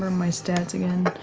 my stats again.